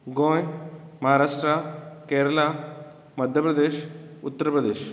Goa Maharashtra Kerala Madhya Pradesh Uttar Pradesh